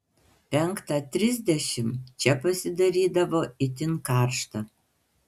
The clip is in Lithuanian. penktą trisdešimt čia pasidarydavo itin karšta